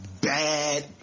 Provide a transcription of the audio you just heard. bad